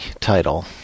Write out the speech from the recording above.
title